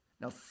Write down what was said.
Now